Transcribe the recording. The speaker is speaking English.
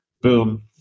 boom